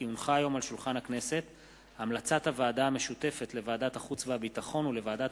הצעת חוק התכנון והבנייה (תיקון,